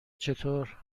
چطور